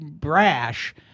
brash